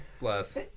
Bless